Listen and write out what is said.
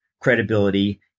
credibility